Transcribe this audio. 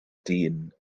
dyn